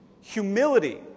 Humility